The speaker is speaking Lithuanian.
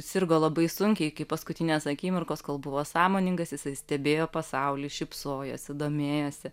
sirgo labai sunkiai iki paskutinės akimirkos kol buvo sąmoningas jisai stebėjo pasaulį šypsojosi domėjosi